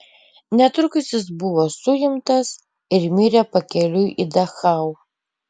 netrukus jis buvo suimtas ir mirė pakeliui į dachau